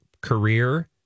career